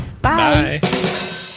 bye